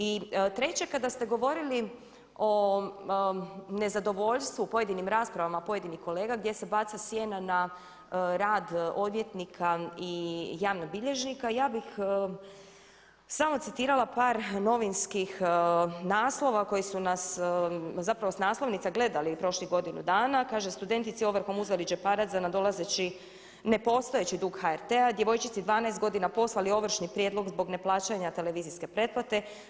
I treće, kada ste govorili o nezadovoljstvu pojedinim raspravama, pojedinih kolega gdje se baca sjena na rad odvjetnika i javnih bilježnika ja bih samo citirala par novinskih naslova koji su nas zapravo s naslovnica gledali prošlih godinu dana, kaže studentici ovrhom uzeli džeparac za nadolazeći nepostojeći dug HRT-a, djevojčici 12 godina poslali ovršni prijedlog zbog neplaćanja televizijske pretplate.